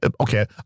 Okay